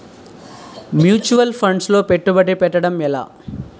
Mutual funds లో పెట్టుబడి పెట్టడం ఎలా?